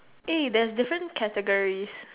there's different categories